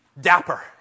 dapper